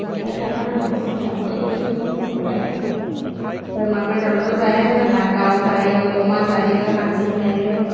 संबाय थाखानांगौ सामफ्रामबो ओंख्रि ओंखाम फोरखौलाय बोरमा बेदरल' जाया जोंहा दाव जायो अमा जायो हांसो जायो